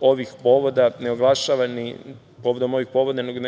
ovih povoda ne